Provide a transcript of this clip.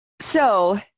So-